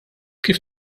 kif